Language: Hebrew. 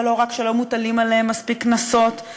ולא רק שלא מוטלים עליהם מספיק קנסות,